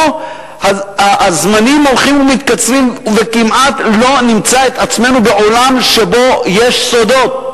פה הזמנים הולכים ומתקצרים וכמעט לא נמצא את עצמנו בעולם שיש בו סודות.